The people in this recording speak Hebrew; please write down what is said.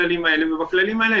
הבקשות האלה נבחנות בהתאם לכללים,